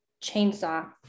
chainsaw